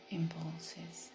impulses